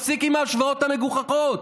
תפסיק עם ההשוואות המגוחכות.